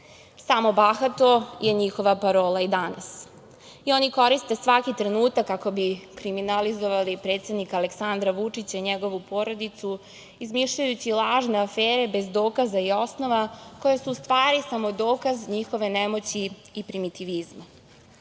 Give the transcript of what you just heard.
bahato je njihova parola i danas. Oni koriste svaki trenutak kako bi kriminalizovali predsednika Aleksandra Vučića i njegovu porodicu, izmišljajući lažne afere bez dokaza i osnova, koje su u stvari samo dokaz njihove nemoći i primitivizma. Politika